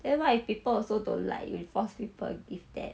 then why if people also don't like you force people give that